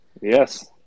Yes